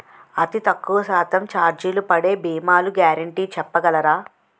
అతి తక్కువ శాతం ఛార్జీలు పడే భీమాలు గ్యారంటీ చెప్పగలరా?